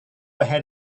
ahead